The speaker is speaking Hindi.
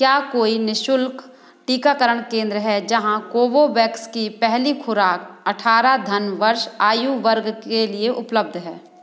क्या कोई निशुल्क टीकाकरण केंद्र है जहाँ कोवोवैक्स की पहली खुराक अठारह धन वर्ष आयु वर्ग के लिए उपलब्ध है